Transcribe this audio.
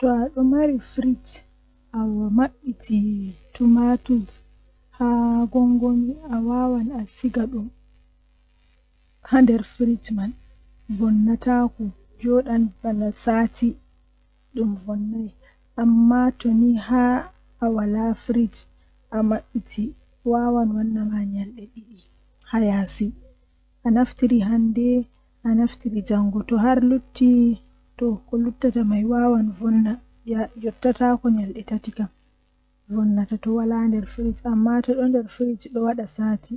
Mi noddan himbe hokkata am savis man to woodi laawol no mi yeccirta be mi yecca be dow nda conneshion am wala wada malladon waddinami damuwa nda babal mi joodata egaa babal kaza yahuki babal kaza ngamman be habda useni be geerinami.